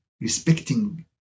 respecting